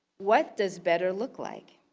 what does better look like?